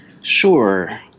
Sure